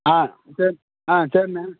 ஆ சரி ஆ சரிண்ணே